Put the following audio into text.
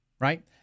right